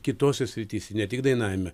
kitose srityse ne tik dainavime